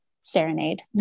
serenade